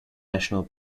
national